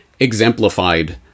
exemplified